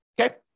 okay